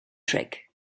trick